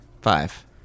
Five